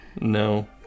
No